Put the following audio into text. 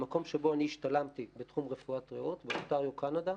במקום שבו אני השתלמתי בתחום רפואת ריאות באונטריו קנדה,